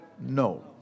No